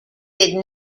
did